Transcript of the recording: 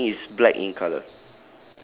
the lining is black in colour